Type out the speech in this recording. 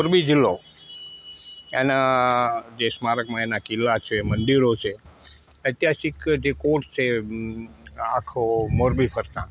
મોરબી જિલ્લો એના જે સ્મારકમાં એના કિલ્લા છે મંદિરો છે ઐતિહાસિક જે કોટ છે આખો મોરબી ફરતા